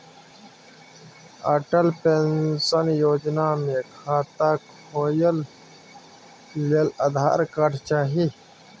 Atal pension योजना मे खाता खोलय लेल आधार कार्ड चाही